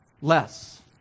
less